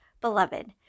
beloved